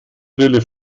brille